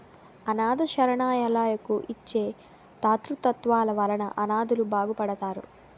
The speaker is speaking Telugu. అనాధ శరణాలయాలకు ఇచ్చే తాతృత్వాల వలన అనాధలు బాగుపడతారు